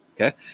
okay